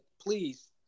please